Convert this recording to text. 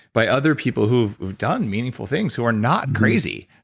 by other people who've who've done meaningful things, who are not crazy,